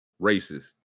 Racist